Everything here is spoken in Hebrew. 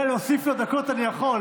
אולי להוסיף לו דקות אני יכול.